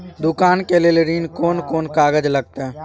दुकान के लेल ऋण कोन कौन कागज लगतै?